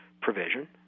provision